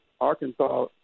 Arkansas